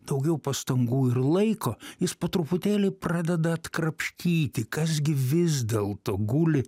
daugiau pastangų ir laiko jis po truputėlį pradeda atkrapštyti kas gi vis dėlto guli